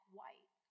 white